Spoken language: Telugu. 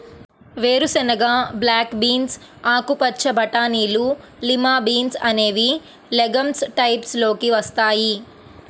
వేరుశెనగ, బ్లాక్ బీన్స్, ఆకుపచ్చ బటానీలు, లిమా బీన్స్ అనేవి లెగమ్స్ టైప్స్ లోకి వస్తాయి